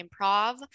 improv